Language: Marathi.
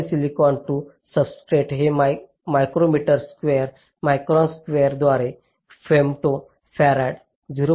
पॉलीसिलिकॉन टू सब्सट्रेट हे मायक्रोमीटर स्क्वेअर मायक्रॉन स्क्वेअर द्वारे फेम्टो फॅरड आहे